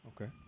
Okay